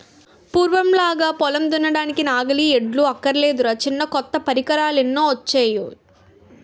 పూర్వంలాగా పొలం దున్నడానికి నాగలి, ఎడ్లు అక్కర్లేదురా చిన్నా కొత్త పరికరాలెన్నొచ్చేయో